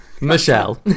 Michelle